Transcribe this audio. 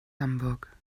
hamburg